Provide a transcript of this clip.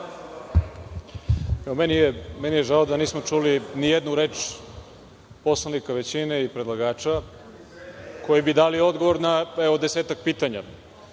Meni je žao što nismo čuli ni jednu reč poslanika većine i predlagača koji bi dali odgovor na, evo, desetak